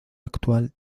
actual